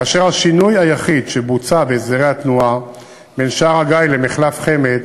כאשר השינוי היחיד שבוצע בהסדרי התנועה בין שער-הגיא למחלף חמד